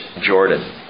Jordan